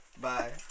Bye